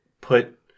put